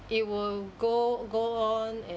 it will go go on and